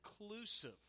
inclusive